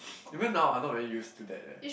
even now I'm not very used to that eh